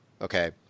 okay